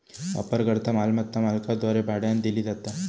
वापरकर्ता मालमत्ता मालकाद्वारे भाड्यानं दिली जाता